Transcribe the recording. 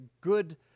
good